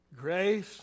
grace